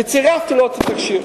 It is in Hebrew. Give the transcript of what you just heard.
וצירפתי לו את התקשי"ר